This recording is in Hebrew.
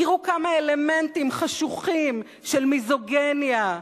תראו כמה אלמנטים חשוכים של מיזוגיניה,